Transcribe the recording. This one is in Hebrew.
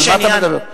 על מה אתה מדבר?